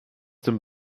dem